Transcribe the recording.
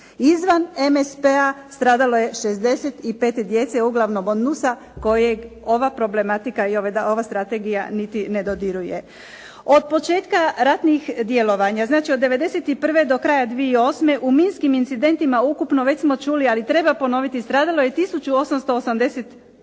Izvan MSP-a stradalo je 65 djece, uglavnom …/Govornica se ne razumije./… kojeg ova problematika i ova strategija niti ne dodiruje. Od početka ratnih djelovanja, znači od '91. do kraja 2008. u minskim incidentima ukupno, već smo čuli, ali treba ponoviti stradalo je